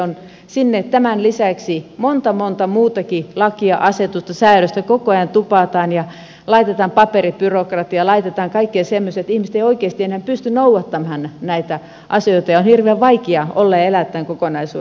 meille sinne tämän lisäksi monta monta muutakin lakia asetusta säädöstä koko ajan tupataan ja laitetaan paperibyrokratiaa laitetaan kaikkea semmoista että ihmiset eivät oikeasti enää pysty noudattamaan näitä asioita ja on hirveän vaikea olla ja elää tämän kokonaisuuden kanssa